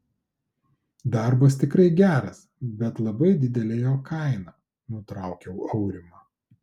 darbas tikrai geras bet labai didelė jo kaina nutraukiau aurimą